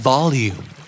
Volume